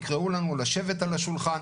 יקראו לנו לשבת על השולחן.